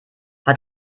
hat